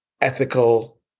ethical